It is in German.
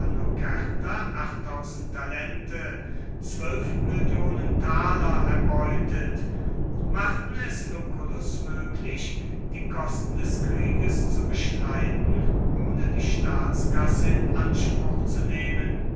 taler erbeutet machten es lucullus möglich die kosten des krieges zu bestreiten ohne die staatskasse in anspruch zu nehmen